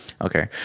Okay